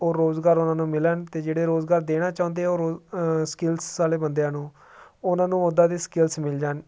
ਉਹ ਰੋਜ਼ਗਾਰ ਉਹਨਾਂ ਨੂੰ ਮਿਲਣ ਅਤੇ ਜਿਹੜੇ ਰੋਜ਼ਗਾਰ ਦੇਣਾ ਚਾਹੁੰਦੇ ਉਹ ਸਕਿਲਸ ਵਾਲੇ ਬੰਦਿਆਂ ਨੂੰ ਉਹਨਾਂ ਨੂੰ ਉਦਾਂ ਦੀ ਸਕਿਲਸ ਮਿਲ ਜਾਣ